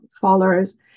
followers